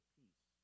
peace